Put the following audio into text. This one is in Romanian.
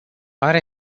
are